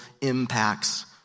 impacts